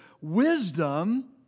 wisdom